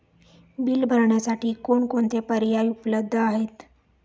Bill भरण्यासाठी कोणकोणते पर्याय उपलब्ध आहेत?